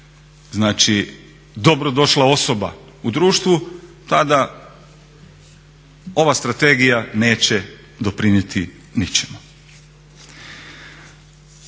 biti dobrodošla osoba u društvu, tada ova strategija neće doprinijeti ničemu.